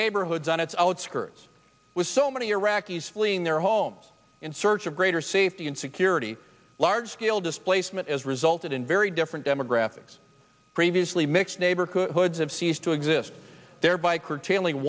neighborhoods on its outskirts with so many iraqis fleeing their homes in search of greater safety and security large scale displacement as resulted in very different demographics previously mixed neighborhoods have ceased to exist thereby curtailing